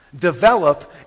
develop